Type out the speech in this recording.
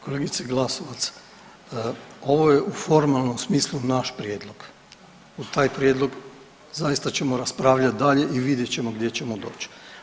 Kolegice Glasovac, ovo je u formalnom smislu naš prijedlog, u taj prijedlog zaista ćemo raspravljati dalje i vidjet ćemo gdje ćemo doći.